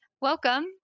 Welcome